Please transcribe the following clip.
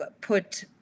put